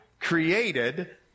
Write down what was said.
created